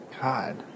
God